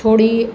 થોડી